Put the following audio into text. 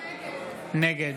נגד